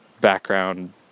background